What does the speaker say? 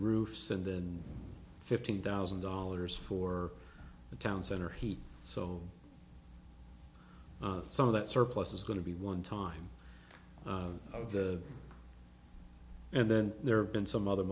roofs and than fifteen thousand dollars for the town center heat so some of that surplus is going to be one time of the and then there have been some other